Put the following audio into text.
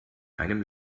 einem